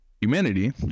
Humanity